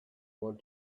want